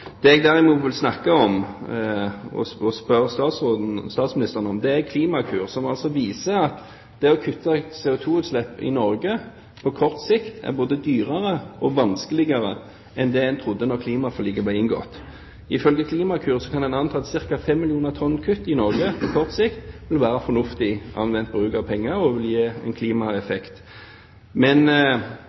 Det jeg derimot vil snakke om og spørre statsministeren om, gjelder Klimakur, som viser at å kutte CO2-utslipp i Norge på kort sikt er både dyrere og vanskeligere enn det en trodde da klimaforliket ble inngått. Ifølge Klimakur kan en anta at ca. 5 millioner tonn kutt i Norge på kort sikt vil være fornuftig anvendt bruk av penger og vil gi en klimaeffekt. Men